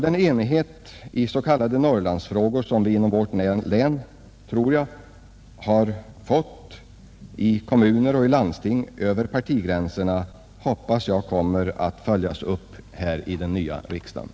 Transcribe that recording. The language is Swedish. Den enighet över partigränserna i s.k. Norrlandsfrågor som vi inom vårt län — tror jag — har fått i kommuner och landsting hoppas jag kommer att följas upp här i den nya riksdagen.